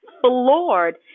floored